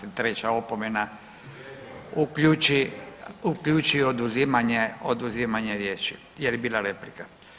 Treća opomena uključi oduzimanje riječi jer je bila replika.